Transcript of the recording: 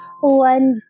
one